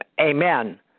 amen